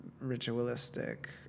ritualistic